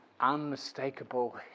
unmistakable